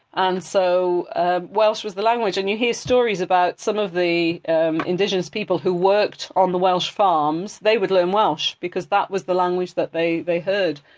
so ah welsh was the language. and you hear stories about some of the indigenous people who worked on the welsh farms they would learn welsh because that was the language that they they heard.